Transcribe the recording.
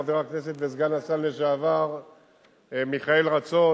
חבר הכנסת וסגן השר לשעבר מיכאל רצון,